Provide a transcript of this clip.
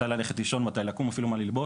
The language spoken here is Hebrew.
מתי ללכת לישון, מתי לקום, אפילו מה ללבוש.